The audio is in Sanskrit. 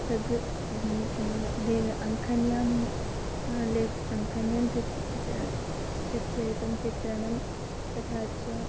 तद् लेह अङ्कन्यां लेक् अङ्कन्यां चित्रं च चित्रयितुं चित्रणं तथा च